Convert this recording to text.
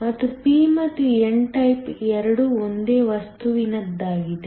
ಮತ್ತು p ಮತ್ತು n type ಎರಡೂ ಒಂದೇ ವಸ್ತುವಿನದ್ದಾಗಿದೆ